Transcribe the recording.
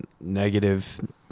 negative